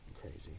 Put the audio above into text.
crazy